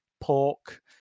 pork